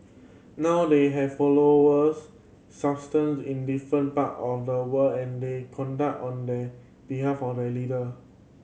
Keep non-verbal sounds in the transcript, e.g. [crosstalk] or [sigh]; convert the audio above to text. now they have followers [unintelligible] in different part of the world and they conduct on the behalf of their leader